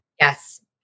Yes